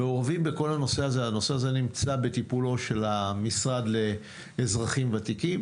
הנושא הזה נמצא בטיפולו של המשרד לאזרחים ותיקים.